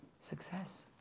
success